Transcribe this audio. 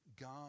God